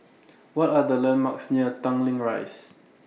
What Are The landmarks near Tanglin Rise